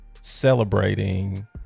celebrating